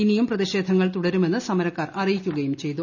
ഇനിയും പ്രതിഷേധങ്ങൾ തുടരുമെന്ന് സമരക്കാർ അറിയിക്കുകയും ചെയ്തു